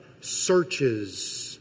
searches